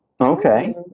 Okay